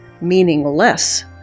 meaningless